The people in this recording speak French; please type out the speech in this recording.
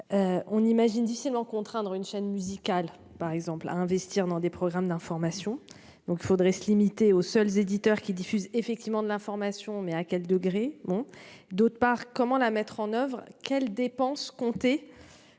on imagine difficilement contraindre une chaîne musicale, par exemple, à investir dans des programmes d'information. Il faudrait donc se limiter aux seuls éditeurs qui diffusent effectivement de l'information, mais à quel degré ? D'autre part, comment mettre en oeuvre cette mesure ?